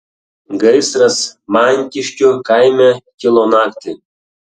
gaisras mankiškių kaime kilo naktį